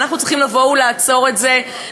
ואנחנו צריכים לעצור את זה,